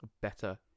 better